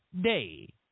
day